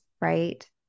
right